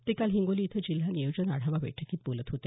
ते काल हिंगोली इथं जिल्हा नियोजन आढावा बैठकीत ते बोलत होते